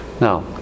now